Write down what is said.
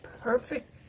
perfect